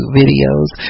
videos